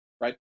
right